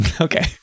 Okay